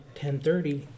10.30